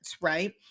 right